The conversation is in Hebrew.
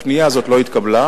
הפנייה הזאת לא התקבלה,